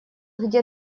где